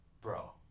Bro